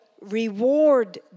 reward